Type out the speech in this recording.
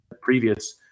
previous